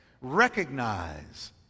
Recognize